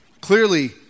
clearly